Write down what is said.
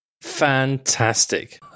fantastic